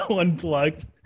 unplugged